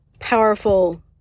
powerful